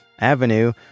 Avenue